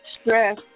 stress